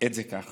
את זה ככה: